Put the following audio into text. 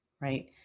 right